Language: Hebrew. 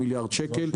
שקלים.